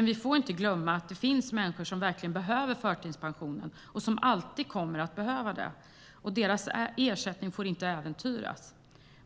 Vi får dock inte glömma att det finns människor som verkligen behöver förtidspension och som alltid kommer att behöva det. Och deras ersättning får inte äventyras.